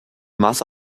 masse